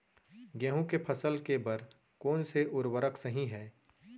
गेहूँ के फसल के बर कोन से उर्वरक सही है?